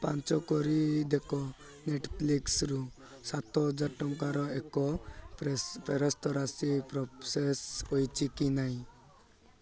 ଯାଞ୍ଚ କରି ଦେଖ ନେଟ୍ଫ୍ଲିକ୍ସ୍ରୁ ସାତହଜାର ଟଙ୍କାର ଏକ ଫେରସ୍ତ ରାଶି ପ୍ରୋସେସ୍ ହେଇଛି କି ନାହିଁ